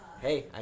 Hey